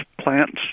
plants